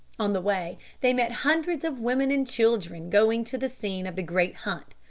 on the way they met hundreds of women and children going to the scene of the great hunt,